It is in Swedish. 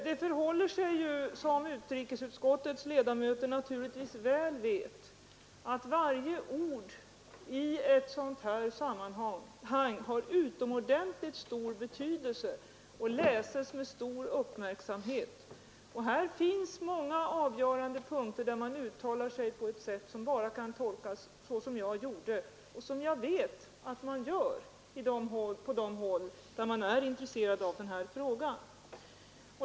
Det förhåller sig — som utrikesutskottets ledamöter naturligtvis väl vet — så att varje ord i ett sådant här sammanhang har utomordentligt stor betydelse och läses med stor uppmärksamhet, och här finns många avgörande punkter där utskottet uttalar sig på ett sätt som bara kan tolkas så som jag gjorde och som jag vet att man gör på de håll där man är intresserad av denna fråga.